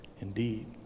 indeed